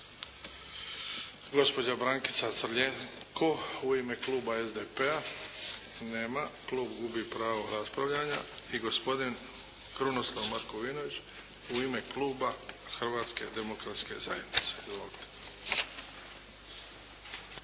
Gospođa Brankica Crljenko, u ime kluba SDP-a. Nema. Klub gubi pravo raspravljanja. I gospodin Krunoslav Markovinović, u ime kluba Hrvatske demokratske zajednice.